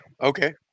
Okay